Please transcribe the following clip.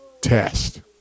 test